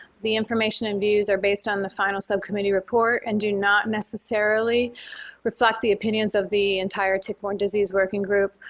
the information and views are based on the final subcommittee report and do not necessarily reflect the opinions of the entire tick-borne disease working group,